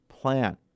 plan